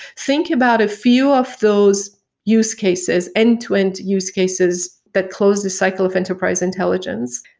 think about a few of those use cases, end-to-end use cases that close the cycle of enterprise intelligence.